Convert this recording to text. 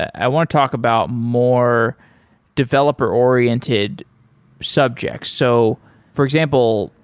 i want to talk about more developer-oriented subjects. so for example,